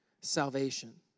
salvation